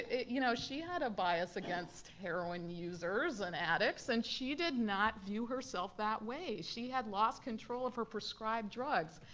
you know she had a bias against heroin users and addicts and she did not view herself that way. she had lost control of her prescribed drugs.